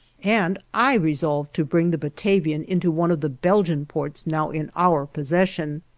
and i resolved to bring the batavian into one of the belgian ports now in our possession.